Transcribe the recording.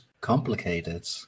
complicated